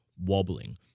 wobbling